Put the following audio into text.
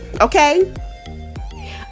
okay